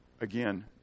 Again